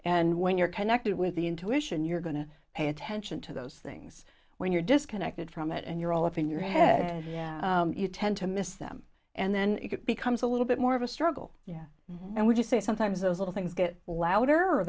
and when you're connected with the intuition you're going to pay attention to those things when you're disconnected from it and you're all up in your head and you tend to miss them and then it becomes a little bit more of a struggle yeah and would you say sometimes those little things get louder or